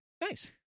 Nice